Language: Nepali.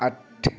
आठ